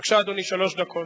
בבקשה, אדוני, שלוש דקות.